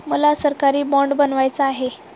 मला सरकारी बाँड बनवायचा आहे